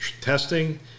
testing